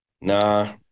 nah